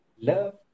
Love